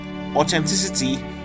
Authenticity